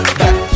back